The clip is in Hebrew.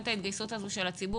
מתאמים אתו את השעה,